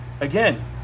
again